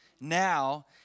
Now